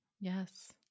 Yes